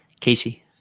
Casey